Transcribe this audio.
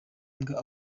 mbwa